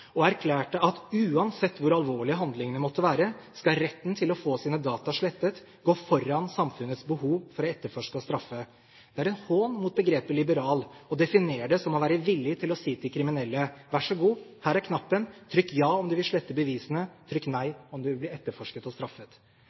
og erklærte at uansett hvor alvorlige handlingene måtte være, skal retten til å få sine data slettet gå foran samfunnets behov for å etterforske og straffe. Det er en hån mot begrepet «liberal» å definere det som å være villig til å si til kriminelle: Vær så god, her er knappen. Trykk ja om du vil slette bevisene, trykk nei om du vil bli etterforsket og straffet.